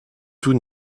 tout